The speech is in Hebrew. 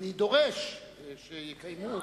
אני דורש שיקיימו,